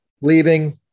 leaving